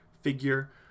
figure